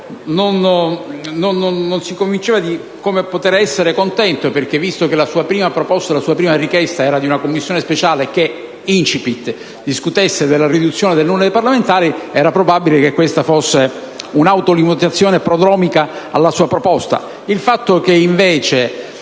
non si convinceva di come poter essere contento, visto che la sua prima proposta riguardava l'istituzione di una Commissione speciale che discutesse della riduzione del numero dei parlamentari, era probabile che questa fosse un'autolimitazione prodromica alla sua proposta.